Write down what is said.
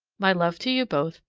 my love to you both.